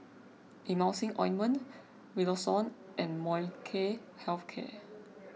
Emulsying Ointment Redoxon and Molnylcke Health Care